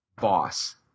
boss